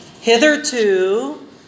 Hitherto